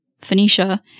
Phoenicia